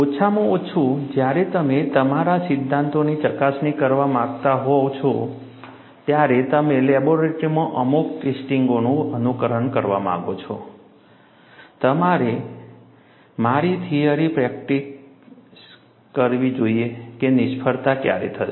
ઓછામાં ઓછું જ્યારે તમે તમારા સિદ્ધાંતોની ચકાસણી કરવા માંગતા હોય ત્યારે તમે લેબોરેટરીમાં અમુક ટેસ્ટિંગોનું અનુકરણ કરવા માંગો છો ત્યારે મારે મારી થિયરી પ્રીડિક્ટ કરવી જોઈએ કે નિષ્ફળતા ક્યારે થશે